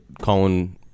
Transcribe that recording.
Colin